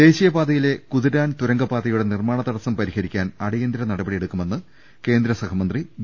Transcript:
ദേശീയപാതയിലെ കുതിരാൻ തുരങ്കപാതയുടെ നിർമ്മാണ തടസ്സം പരിഹരിക്കാൻ അടിയന്തിര നടപ ടിയെടുക്കുമെന്ന് കേന്ദ്രസഹമന്ത്രി വി